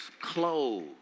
clothes